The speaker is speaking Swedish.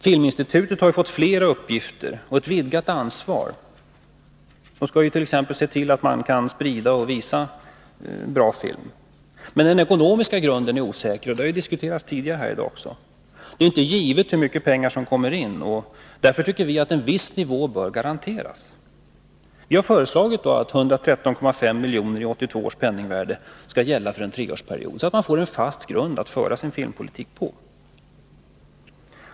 Filminstitutet har fått flera uppgifter och ett vidgat ansvar — institutet skall ju t.ex. se till att man kan sprida och visa bra film — men den ekonomiska grunden är osäker. Det är inte givet hur mycket pengar som kommer in, och därför tycker vi att en viss nivå bör garanteras. Vi föreslår därför 113,5 miljoner i 1982 års penningvärde som ett anslag för en treårsperiod, så att man får en fast grund att föra sin filmpolitik på.